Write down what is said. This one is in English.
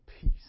peace